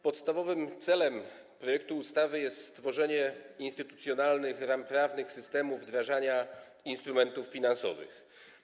Podstawowym celem projektu ustawy jest stworzenie instytucjonalnych ram prawnych systemu wdrażania instrumentów finansowych.